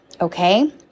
Okay